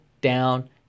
down